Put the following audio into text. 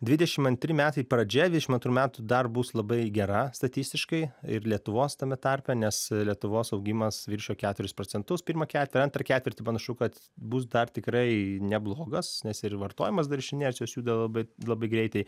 dvidešim antri metai pradžia dvidešim antrų metų dar bus labai gera statistiškai ir lietuvos tame tarpe nes lietuvos augimas viršijo keturis procentus pirmą tai antrą ketvirtį panašu kad bus dar tikrai neblogas nes ir vartojimas dar iš inercijos juda labai labai greitai